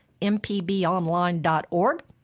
mpbonline.org